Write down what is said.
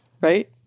right